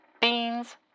beans